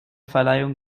verleihung